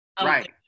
Right